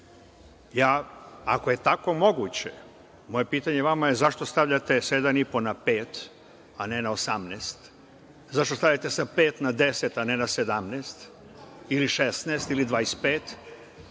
Ako je tako moguće, moje pitanje vama je – zašto stavljate 7,5 na pet, a ne na 18? Zašto stavljate sa pet na deset, a ne na 17 ili 16 ili 25?